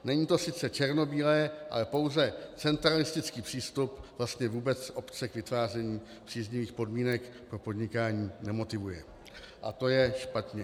Není to sice černobílé, ale pouze centralistický přístup vlastně vůbec obce k vytváření příznivých podmínek pro podnikání nemotivuje a to je špatně.